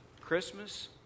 Christmas